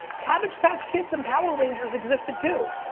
cabbage patch kids and power rangers existed too.